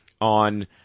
on